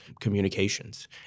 communications